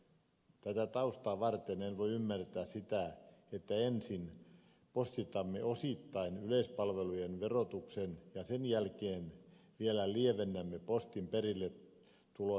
tätä taustaa vasten en voi ymmärtää sitä että ensin poistamme osittain yleispalvelujen verotuksen ja sen jälkeen vielä lievennämme postin perilletulon aikamääriä